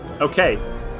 Okay